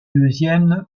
deuxièmes